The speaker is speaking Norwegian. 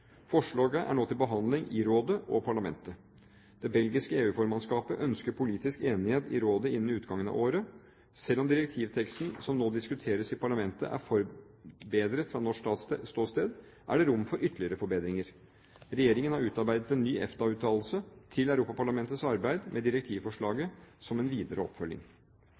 Forslaget er nå til behandling i rådet og parlamentet. Det belgiske EU-formannskapet ønsker politisk enighet i rådet innen utgangen av året. Selv om direktivteksten som nå diskuteres i parlamentet, er forbedret fra norsk ståsted, er det rom for ytterligere forbedringer. Regjeringen har utarbeidet en ny EFTA-uttalelse til Europaparlamentets arbeid med direktivforslaget som en videre oppfølging.